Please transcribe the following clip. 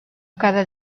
cada